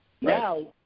Now